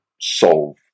solve